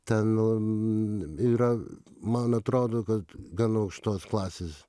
ten nu yra man atrodo kad gan aukštos klasės